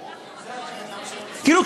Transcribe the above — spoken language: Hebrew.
תראו,